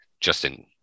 Justin